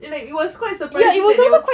like it was quite surprising that there was